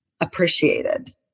appreciated